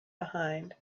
behind